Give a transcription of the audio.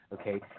Okay